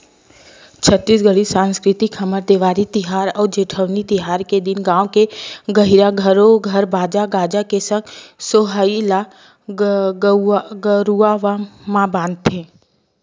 छत्तीसगढ़ी संस्कृति हमर देवारी तिहार अउ जेठवनी तिहार के दिन गाँव के गहिरा घरो घर बाजा गाजा के संग सोहई ल गरुवा म बांधथे